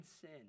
sin